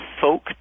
folk